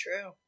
True